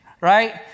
right